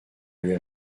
aller